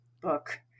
book